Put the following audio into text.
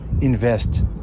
invest